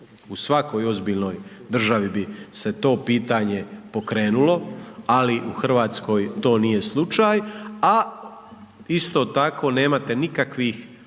U svakoj ozbiljnoj državi bi se to pitanje pokrenulo, ali u Hrvatskoj to nije slučaj, a isto tako nemate nikakvih